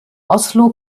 oslo